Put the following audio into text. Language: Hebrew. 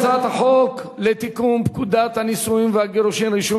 הצעת החוק לתיקון פקודת הנישואין והגירושין (רישום)